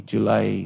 July